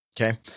Okay